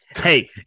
Hey